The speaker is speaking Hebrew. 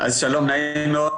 אז שלום נעים מאוד,